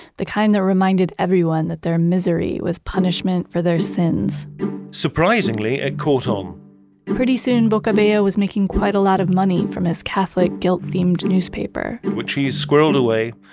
the kind that reminded everyone that their misery was punishment for their sins surprisingly it caught on pretty soon boccabella was making quite a lot of money from his catholic guilt themed newspaper which he squirreled away,